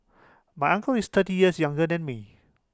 my uncle is thirty years younger than me